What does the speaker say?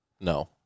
No